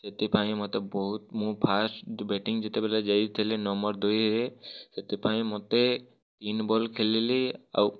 ସେଥିପାଇଁ ମୋତେ ବହୁତ୍ ମୁଁ ଫାର୍ଷ୍ଟ୍ ବେଟିଙ୍ଗ୍ ଯେତେବେଲେ ଯାଇଥିଲି ନମ୍ବର୍ ଦୁଇରେ ସେଥିପାଇଁ ମୋତେ ତିନ୍ ବଲ୍ ଖେଳିଲି ଆଉ